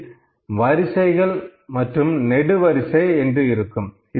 இதில் வரிசைகள் மற்றும் நெடுவரிசை என்று இருக்கும்